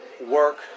work